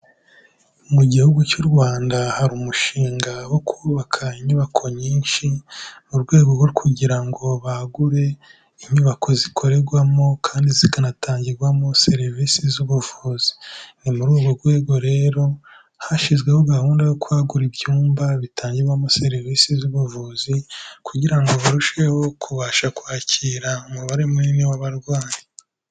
Mu gihugu cy'u Rwanda hari umushinga wo kubaka inyubako nyinshi, mu rwego rwo kugira ngo bagure inyubako zikorerwamo kandi zikanatangirwamo serivisi z'ubuvuzi. Ni muri urwo rwego rero, hashyizweho gahunda yo kwagura ibyumba bitangirwamo serivisi z'ubuvuzi, kugira ngo barusheho kubasha kwakira umubare munini w'abarwayi